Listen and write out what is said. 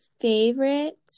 Favorite